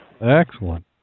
Excellent